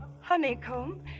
Honeycomb